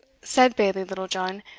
said bailie littlejohn,